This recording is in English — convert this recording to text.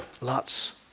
Lots